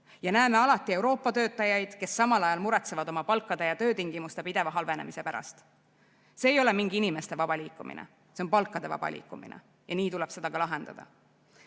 ja näeme alati Euroopa töötajaid, kes samal ajal muretsevad oma palkade ja töötingimuste pideva halvenemise pärast. See ei ole mingi inimeste vaba liikumine, see on palkade vaba liikumine ja nii tuleb seda ka lahendada.